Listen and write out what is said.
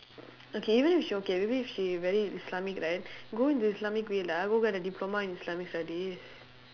okay even if she okay maybe if she very islamic right go into islamic great lah go get a diploma in islamic studies